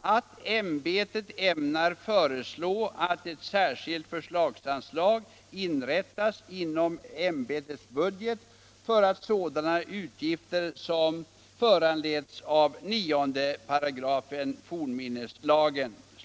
att ämbetet ämnar ”föreslå att ett särskilt förslagsanslag inrättas inom ämbetets budget för sådana utgifter som föranledes av 9§ fornminneslagen”.